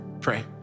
Pray